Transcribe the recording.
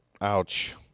Ouch